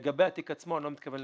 לגבי התיק עצמו אני לא מתכוון לפרט.